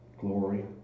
Glory